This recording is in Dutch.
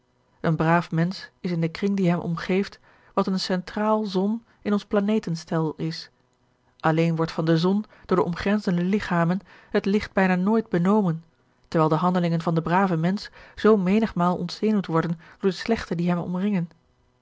een braaf mensch is in den kring die hem omgeeft wat eene centraal zon in ons planeten stel is alleen wordt van de zon door de omgrenzende ligchamen het licht bijna nooit benomen terwijl de handelingen van den braven mensch zoo menigmaal ontzenuwd worden door de slechten die hem omringen